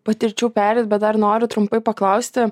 patirčių pereit bet dar noriu trumpai paklausti